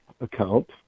account